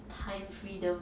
time freedom